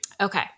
Okay